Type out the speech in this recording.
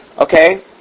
Okay